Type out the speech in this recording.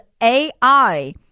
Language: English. AI